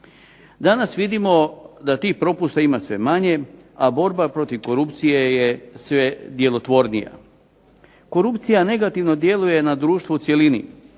Danas vidimo da tih propusta ima sve manje, a borba protiv korupcije je sve djelotvornija. Korupcija negativno djeluje na društvo u cjelini,